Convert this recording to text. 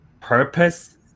purpose